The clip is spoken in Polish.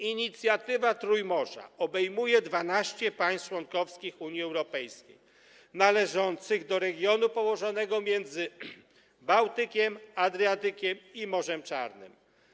Inicjatywa Trójmorza obejmuje 12 państw członkowskich Unii Europejskiej należących do regionu położonego między Bałtykiem, Adriatykiem a Morzem Czarnym.